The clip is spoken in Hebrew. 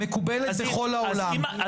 מקובלת בכל העולם.